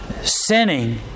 sinning